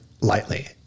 lightly